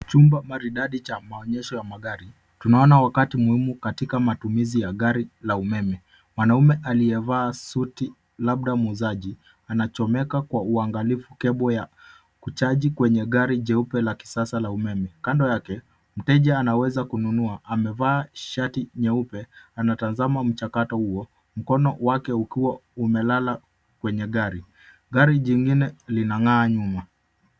Chumba maridadi cha maonyesho ya magari. Tunaona wakati muhimu katika matumizi ya gari la umeme. Mwanaume aliyevaa suti labda muuzaji anachomeka kwa uangalifu kebo ya kuchaji kwenye gari jeupe la kisasa la umeme. Kando yake mteja anaweza kununua amevaa shati nyeupe anatazama mchakato huo mkono wake ukiwa umelala kwenye gari. Gari jingine linang'aa nyuma.